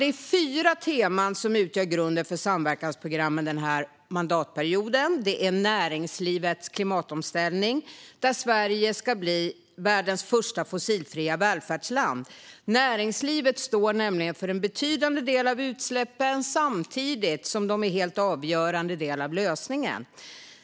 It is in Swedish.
Det är fyra teman som utgör grunden för samverkansprogrammen denna mandatperiod. Det är näringslivets klimatomställning, där Sverige ska bli världens första fossilfria välfärdsland. Näringslivet står nämligen för en betydande del av utsläppen samtidigt som de är en avgörande del av lösningen.